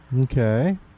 okay